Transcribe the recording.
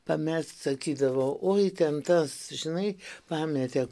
pamest sakydavo oi ten tas žinai pametė kur